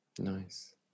Nice